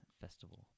Festival